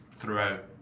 throughout